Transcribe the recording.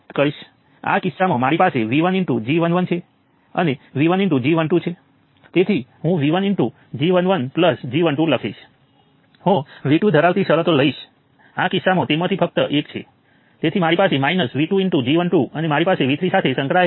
આને 3 by 2 millisiemens ઓછા 1 millisiemens બાદ 1 મિલિસિમેન અને વત્તા 5 બાય 4 મિલિસિમેન તરીકે લખી શકાય